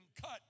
cut